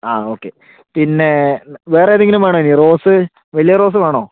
ആ ഓക്കെ പിന്നെ വേറെ ഏതെങ്കിലും വേണോ ഇനി റോസ് വലിയ റോസ് വേണോ